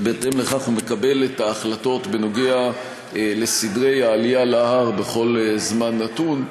ובהתאם לכך הוא מקבל את ההחלטות בנוגע לסדרי העלייה להר בכל זמן נתון,